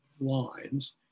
lines